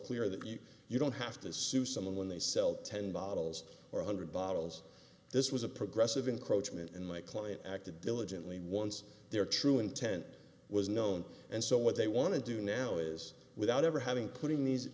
clear that you don't have to sue someone when they sell ten bottles or a hundred bottles this was a progressive encroachments in my client acted diligently once their true intent was known and so what they want to do now is without ever having putting these